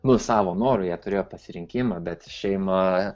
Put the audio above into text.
nu savo noru jie turėjo pasirinkimą bet šeima